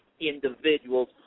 Individuals